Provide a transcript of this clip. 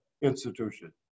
institution